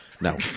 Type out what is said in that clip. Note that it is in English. No